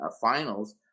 finals